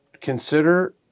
consider